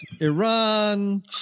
Iran